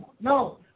No